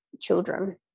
children